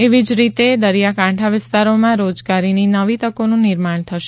એવી જ રીતે દરીયાકાંઠા વિસ્તારોમાં રોજગારીની નવી તકોનું નિર્માણ થશે